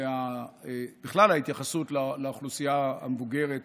ובכלל ההתייחסות לאוכלוסייה המבוגרת,